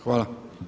Hvala.